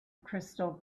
crystal